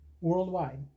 worldwide